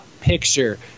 picture